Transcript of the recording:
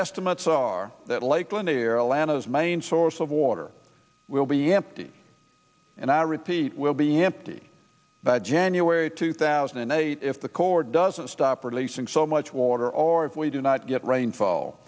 that lake lanier lana's main source of water will be empty and i repeat will be empty by january two thousand and eight if the corps doesn't stop releasing so much water or if we do not get rainfall